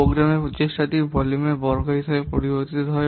প্রোগ্রামিংয়ের প্রচেষ্টাটি ভলিউমের বর্গ হিসাবে পরিবর্তিত হয়